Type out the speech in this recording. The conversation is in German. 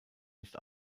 nicht